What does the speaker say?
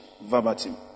verbatim